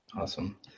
Awesome